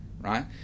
right